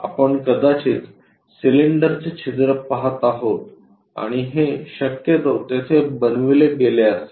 आपण कदाचित सिलेंडरचे छिद्र पहात आहोत आणि हे शक्यतो तेथे बनविले गेले असेल